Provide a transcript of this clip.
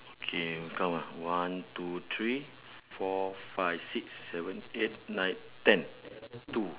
okay count ah one two three four five six seven eight nine ten two